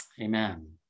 Amen